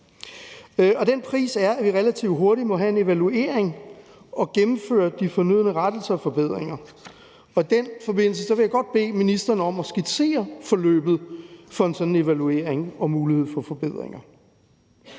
den pris er, at vi relativt hurtigt må have en evaluering og gennemføre de fornødne rettelser og forbedringer. I den forbindelse vil jeg godt bede ministeren om at skitsere forløbet for en sådan evaluering og muligheden for forbedringer